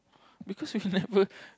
because we never